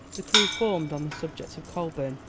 the crew formed on the subject of coleburne,